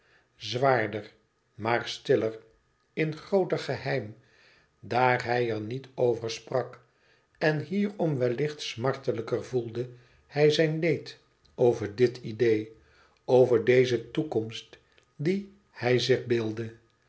zwaarder maar stiller in grooter geheim daar hij er niet over sprak en hierom wellicht smartelijker voelde hij zijn leed over dit idee over deze toekomst die hij zich beeldde